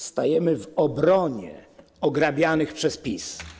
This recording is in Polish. Stajemy w obronie ograbianych przez PiS.